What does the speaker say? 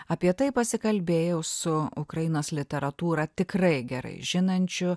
apie tai pasikalbėjau su ukrainos literatūrą tikrai gerai žinančiu